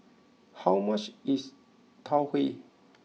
how much is Tau Huay